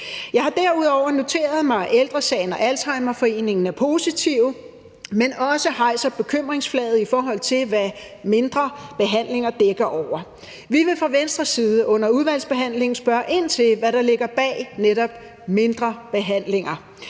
Jeg har derudover noteret mig, at Ældre Sagen og Alzheimerforeningen er positive, men også hejser bekymringsflaget i forhold til, hvad mindre behandlinger dækker over. Vi vil fra Venstres side under udvalgsbehandlingen spørge ind til, hvad der ligger bag netop »mindre behandlinger«.